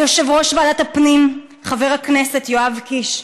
ליושב-ראש ועדת הפנים חבר הכנסת יואב קיש,